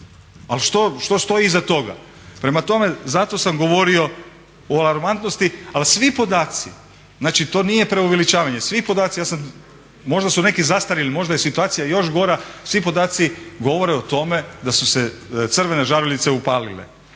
ali što stoji iza toga. Prema tome, zato sam govorio o alarmantnosti ali svi podaci, znači to nije preuveličavanje, svi podaci, možda su neki zastarjeli, možda je situacija još gora, svi podaci govore o tome da su se crvene žaruljice upalile.